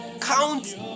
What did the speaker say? count